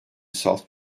salt